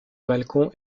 balcon